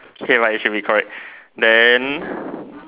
okay right it should be correct then